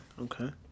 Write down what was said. Okay